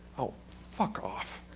oh, fuck off.